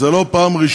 אז זו לא הפעם הראשונה